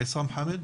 עסאם חאמד,